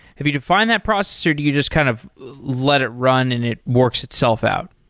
have you defined that process or do you just kind of let it run and it works itself out?